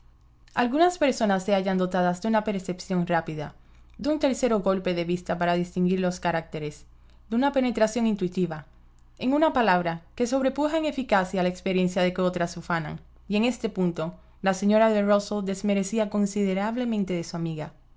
algunas personas se hallan dotadas de una percepción rápida de un certero golpe de vista para distinguir los caracteres de una penetración intuitiva en una palabra que sobrepuja en eficacia a la experiencia de que otras se ufanan y en este punto la señora de rusell desmerecía considerablemente de su amiga